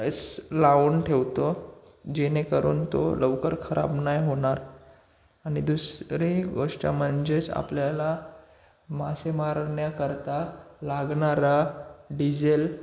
स लावून ठेवतो जेणेकरून तो लवकर खराब नाही होणार आणि दुसरी गोष्ट म्हणजेच आपल्याला मासे मारण्याकरता लागणारा डिजेल